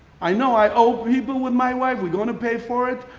i know i owe people with my way. we're going to pay for it.